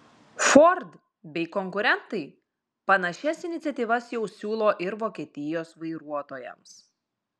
ford bei konkurentai panašias iniciatyvas jau siūlo ir vokietijos vairuotojams